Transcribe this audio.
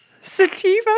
Sativa